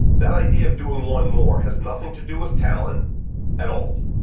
that idea of doing one more has nothing to do with talent at all.